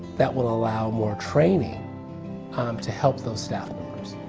that will allow more training to help those staff